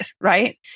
Right